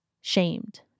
shamed